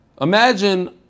imagine